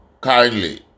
kindly